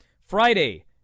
Friday